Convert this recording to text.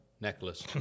necklace